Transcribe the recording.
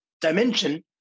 dimension